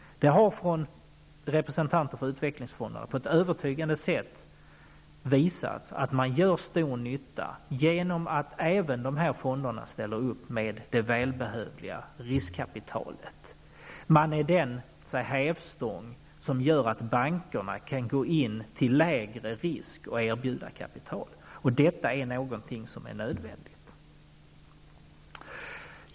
Representanter för utvecklingsfonderna har på ett övertygande sätt visat att man gör stor nytta genom att även de här fonderna ställer upp med det riskkapital som så väl behövs. Man kan säga att utvecklingsfonderna är den hävstång som behövs för att bankerna med mindre risker kan gå in och erbjuda kapital, och det här är nödvändigt.